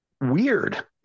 weird